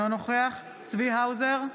אינו נוכח צבי האוזר,